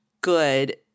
good